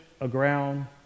aground